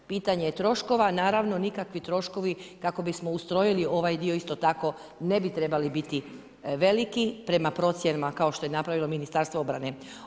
Pitanje je troškova, a naravno nikakvi troškovi kako bismo ustrojili ovaj dio isto tako ne bi trebali biti veliki, prema procjenama kao što je napravilo Ministarstvo obrane.